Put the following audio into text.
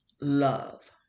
love